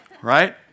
right